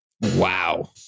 Wow